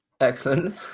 Excellent